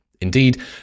Indeed